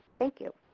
thank you.